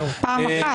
פעם אחת.